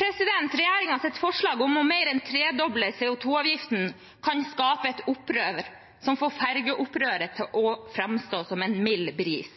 Regjeringens forslag om mer enn en tredobling av CO 2 -avgiften kan skape et opprør som får ferjeopprøret til å